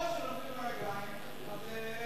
או שנופלים מהרגליים או,